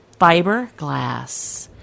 fiberglass